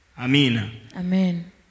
Amen